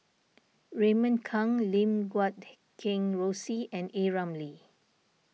Raymond Kang Lim Guat Kheng Rosie and A Ramli